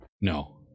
No